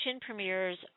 premieres